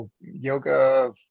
yoga